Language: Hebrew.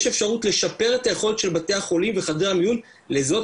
יש אפשרות לשפר את היכולת של בתי החולים וחדרי המיון לזהות